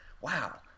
wow